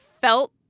felt